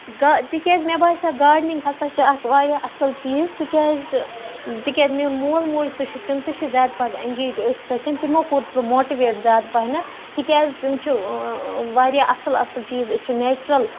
گا تِکیازِ مےٚ باسیو گاڈنِنٛگ ہسا چھِ اکھ واریاہ اَصٕل چیٖز تِکیازِ تِکیازِ میون مول موج تہِ چھُ تِم تہِ چھِ زیادٕ پَہَن اینگیج أتھۍ سۭتۍ تِمو کوٚرُس بہٕ ماٹِویٹ زیادٕ پَہنَتھ تِکیازِ تِم چھِ واریاہ اَصٕل اَصٕل چیٖز أسۍ چھِ نیچرَل